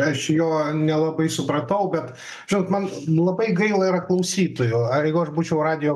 aš jo nelabai supratau bet žinot man labai gaila yra klausytojo ar jeigu aš būčiau radijo